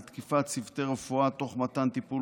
על תקיפת צוותי רפואה תוך מתן טיפול